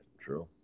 True